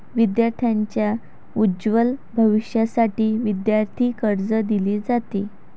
विद्यार्थांच्या उज्ज्वल भविष्यासाठी विद्यार्थी कर्ज दिले जाते